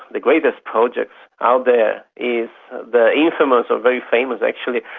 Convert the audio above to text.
the greatest projects out there, is the infamous or very famous, actually,